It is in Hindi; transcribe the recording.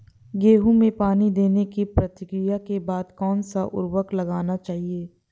गेहूँ में पानी देने की प्रक्रिया के बाद कौन सा उर्वरक लगाना चाहिए?